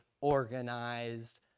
organized